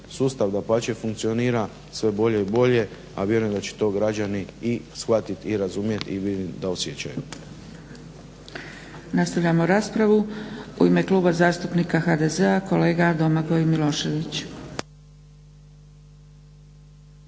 Sustav dapače funkcionira sve bolje i bolje, a vjerujem da će to građani i shvatiti i razumiti i vidim da osjećaju. **Zgrebec, Dragica (SDP)** Nastavljamo raspravu. U ime Kluba zastupnika HDZ-a kolega Domagoj Milošević.